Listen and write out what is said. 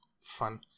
fun